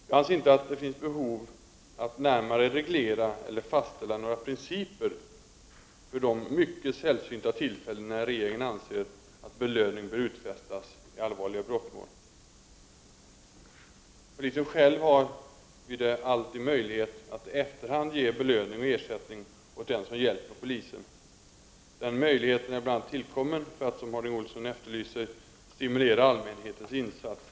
Jag anser att det inte finns behov av att närmare reglera eller fastställa några principer för de mycket sällsynta tillfällen när regeringen anser att belöning bör utfästas i allvarliga brottmål. Polisen själv har alltid möjlighet att i efterhand ge belöning och ersättning åt den som hjälper polisen. Den möjligheten är bl.a. tillkommen, för att som Harding Olson efterlyser, stimulera allmänhetens insats.